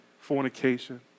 fornication